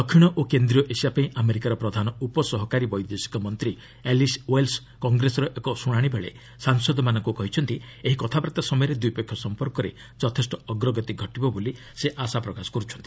ଦକ୍ଷିଣ ଓ କେନ୍ଦ୍ରୀୟ ଏସିଆପାଇଁ ଆମେରିକାର ପ୍ରଧାନ ଉପସହକାରୀ ବୈଦେଶିକ ମନ୍ତ୍ରୀ ଆଲିସ୍ ୱେଲ୍ସ୍ କଂଗ୍ରେସର ଏକ ଶୁଣାଶିବେଳେ ସାଂସଦମାନଙ୍କୁ କହିଛନ୍ତି ଏହି କତାବାର୍ତ୍ତା ସମୟରେ ଦ୍ୱିପକ୍ଷୀୟ ସମ୍ପର୍କରେ ଯଥେଷ୍ଟ ଅଗ୍ରଗତି ଘଟିବ ବୋଲି ସେ ଆଶା ପ୍ରକାଶ କରିଛନ୍ତି